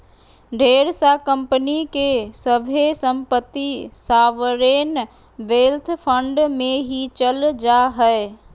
ढेर सा कम्पनी के सभे सम्पत्ति सॉवरेन वेल्थ फंड मे ही चल जा हय